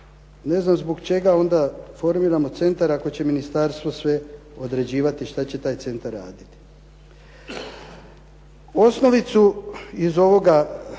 ne znam zbog čega onda formiramo centar ako će ministarstvo sve određivati šta će taj centar raditi. Osnovicu iz ovoga